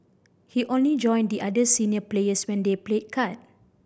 he only join the other senior players when they played card